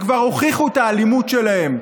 שכבר הוכיחו את האלימות שלהם,